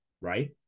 Right